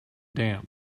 damp